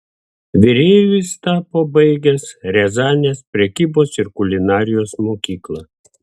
virėju jis tapo baigęs riazanės prekybos ir kulinarijos mokyklą